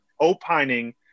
opining